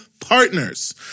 Partners